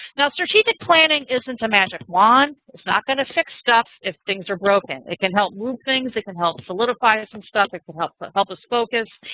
now strategic planning isn't a magic wand. it's not going to fix stuff if things are broken. it can help move things. it can help solidify some stuff. it can help ah help us focus.